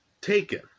taken